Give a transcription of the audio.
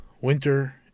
winter